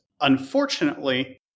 Unfortunately